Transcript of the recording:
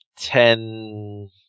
ten